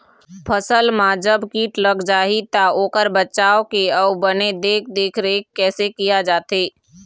फसल मा जब कीट लग जाही ता ओकर बचाव के अउ बने देख देख रेख कैसे किया जाथे?